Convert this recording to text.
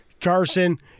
Carson